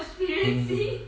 mm